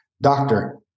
doctor